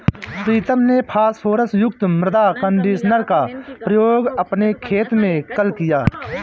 प्रीतम ने फास्फोरस युक्त मृदा कंडीशनर का प्रयोग अपने खेत में कल ही किया